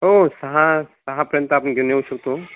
हो सहा सहापर्यंत आपण घेऊन येऊ शकतो